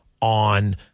on